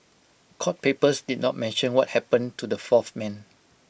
court papers did not mention what happened to the fourth man